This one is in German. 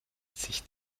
sich